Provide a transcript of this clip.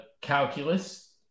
calculus